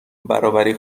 برابری